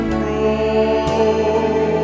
grow